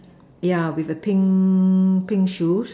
yeah with a pink pink shoes